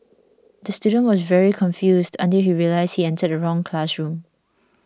the student was very confused until he realised he entered the wrong classroom